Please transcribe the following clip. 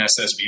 SSB